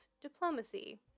diplomacy